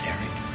Eric